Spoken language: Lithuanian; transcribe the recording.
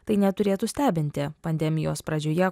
tai neturėtų stebinti pandemijos pradžioje